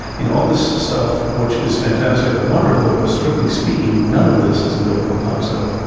you know, all this stuff which is fantastic and wonderful, but strictly speaking, none of this is a biblical concept,